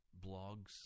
blogs